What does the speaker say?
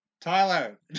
Tyler